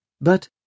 But